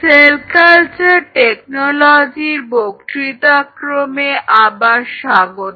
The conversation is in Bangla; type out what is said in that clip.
সেল কালচার টেকনোলজির বক্তৃতাক্রমে আবার স্বাগত